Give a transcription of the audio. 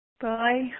bye